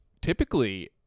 typically